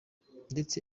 ndetse